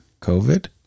COVID